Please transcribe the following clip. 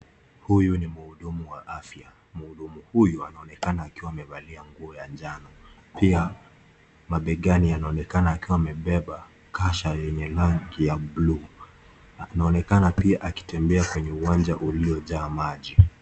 Hùyu ni muhudumu wa afya, muhudumu huyu anaonekana akiwa amevalia nguo ya njano. Pia mabegani anaonekana akiwa amebeba kasha yenye rangi ya blue , anaonekana pia akitembea kwenye uwanja uliojaa maji.